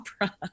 opera